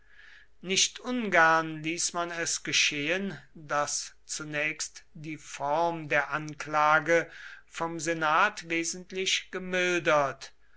nicht ungern ließ man es geschehen daß zunächst die form der anklage vom senat wesentlich gemildert